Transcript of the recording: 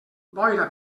boira